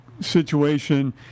situation